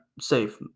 safe